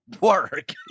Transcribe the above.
work